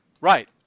Right